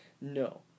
No